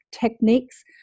techniques